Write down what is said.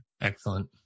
Excellent